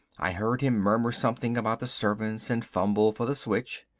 i heard him murmur something about the servants and fumble for the switch.